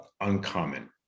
uncommon